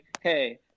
hey